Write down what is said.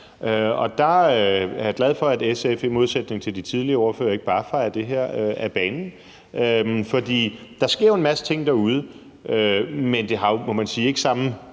Der er jeg glad for, at SF's ordfører i modsætning til de tidligere ordførere ikke bare fejer det her af banen. Der sker jo en masse derude, men det har, må man sige, ikke samme